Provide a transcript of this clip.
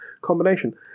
combination